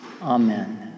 Amen